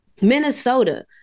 Minnesota